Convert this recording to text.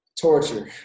Torture